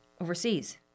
Overseas